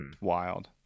wild